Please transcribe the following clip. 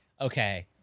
okay